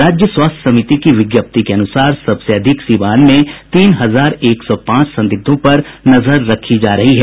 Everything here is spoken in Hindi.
राज्य स्वास्थ्य समिति की विज्ञप्ति के अनुसार सबसे अधिक सिवान में तीन हजार एक सौ पांच संदिग्धों पर विशेष नजर रखी जा रही है